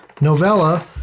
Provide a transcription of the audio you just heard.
novella